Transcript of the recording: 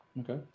Okay